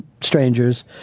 strangers